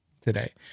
today